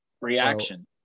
reaction